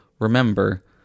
remember